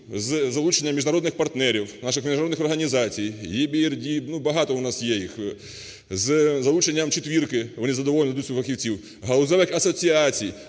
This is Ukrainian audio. з залученням міжнародних партнерів, наших міжнародних організацій, EBRD, ну багато у нас є їх, з залученням "четвірки", вони з задоволенням нададуть своїх фахівців, галузевих асоціацій.